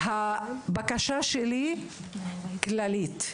הבקשה שלי היא כללית.